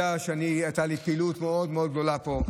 אבל אתה יודע שהייתה לי פעילות גדולה מאוד פה.